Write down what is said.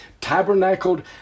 tabernacled